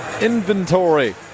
inventory